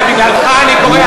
בגללך אני קורע,